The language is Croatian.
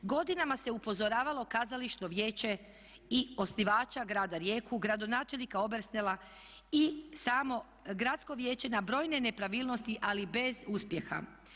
Godinama se upozoravalo kazališno vijeće i osnivača Grada Rijeku, gradonačelnika Obersnela i samo gradsko vijeće na brojne nepravilnosti ali bez uspjeha.